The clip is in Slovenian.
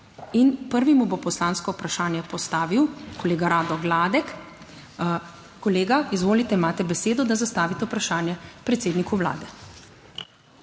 in prvi mu bo poslansko vprašanje postavil kolega Rado Gladek. Kolega, izvolite, imate besedo, da zastavite vprašanje predsedniku Vlade.